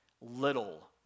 little